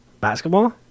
Basketball